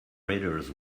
readers